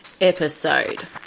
episode